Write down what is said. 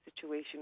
situation